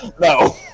No